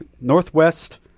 Northwest